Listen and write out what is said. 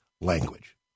Language